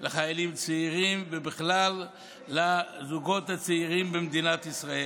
לחיילים צעירים ובכלל לזוגות הצעירים במדינת ישראל.